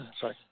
sorry